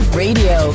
radio